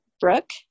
Brooke